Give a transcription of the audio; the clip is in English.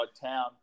town